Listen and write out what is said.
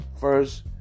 first